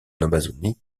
amazonie